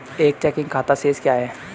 एक चेकिंग खाता शेष क्या है?